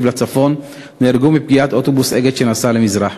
לצפון נהרגו מפגיעת אוטובוס "אגד" שנסע למזרח,